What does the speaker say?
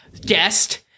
guest